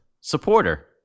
supporter